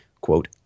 quote